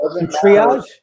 triage